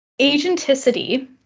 Agenticity